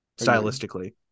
Stylistically